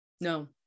No